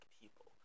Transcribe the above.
people